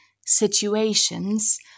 situations